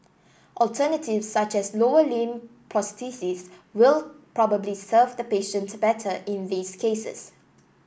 alternatives such as lower limb prosthesis will probably serve the patient better in these cases